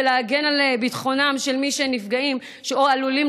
הגנה על ביטחונם של מי שנפגעים או עלולים,